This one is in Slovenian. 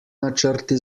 načrti